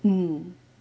mm